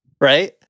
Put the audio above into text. Right